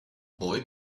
boy